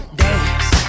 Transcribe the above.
dance